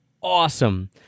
awesome